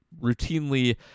routinely